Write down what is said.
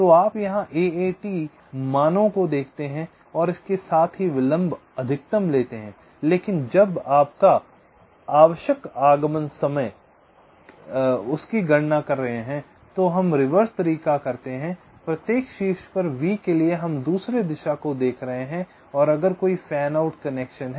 तो आप यहां AAT मानों को देखते हैं और इसके साथ ही विलंब अधिकतम लेते हैं लेकिन जब आप आवश्यक आगमन समय की गणना कर रहे हैं तो हम रिवर्स तरीका करते हैं प्रत्येक शीर्ष पर V के लिए हम दूसरे दिशा को देख रहे हैं अगर कोई फैन आउट कनेक्शन है